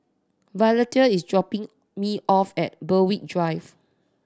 Violeta is dropping me off at Berwick Drive